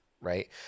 Right